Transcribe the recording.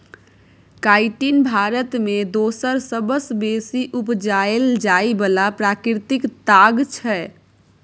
chitin Bharat मे दोसर सबसँ बेसी उपजाएल जाइ बला प्राकृतिक ताग छै